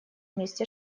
вместе